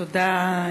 תודה,